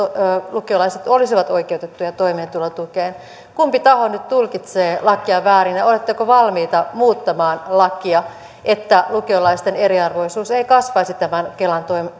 laiset olisivat oikeutettuja toimeentulotukeen kumpi taho nyt tulkitsee lakia väärin ja oletteko valmiita muuttamaan lakia että lukiolaisten eriarvoisuus ei kasvaisi tämän kelan